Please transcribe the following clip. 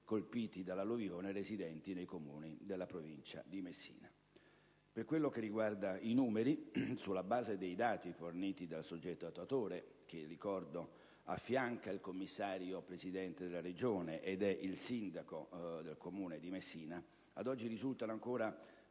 colpiti dall'alluvione residenti nei Comuni della Provincia di Messina". Con riferimento ai numeri, sulla base dei dati forniti dal soggetto attuatore - che, ricordo, affianca il commissario Presidente della Regione - vale a dire il sindaco del Comune di Messina, ad oggi risultano ancora